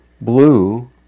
blue